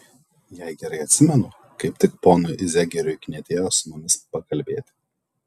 jei gerai atsimenu kaip tik ponui zegeriui knietėjo su mumis pakalbėti